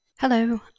Hello